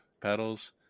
pedals